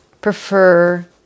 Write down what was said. prefer